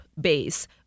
base